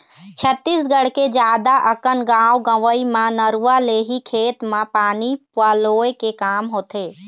छत्तीसगढ़ के जादा अकन गाँव गंवई म नरूवा ले ही खेत म पानी पलोय के काम होथे